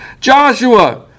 Joshua